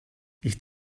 ich